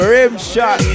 Rimshot